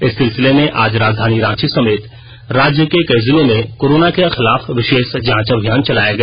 इस सिलसिले में आज राजधानी रांची समेत राज्य के कई जिलों में कोरोना के खिलाफ विशेष जांच अभियान चलाया गया